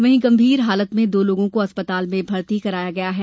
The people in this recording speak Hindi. वहीं गंभीर हालत में दो लोगों को अस्पताल में भर्ती कराया गया है